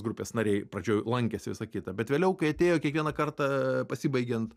grupės nariai pradžioj lankėsi visa kita bet vėliau kai atėjo kiekvieną kartą pasibaigiant